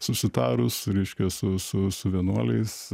susitarus reiškia su su su vienuoliais